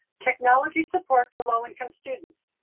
technology support for low income students.